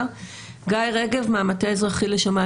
גיא רגב מהמטה האזרחי לשמיים